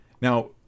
Now